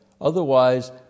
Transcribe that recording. Otherwise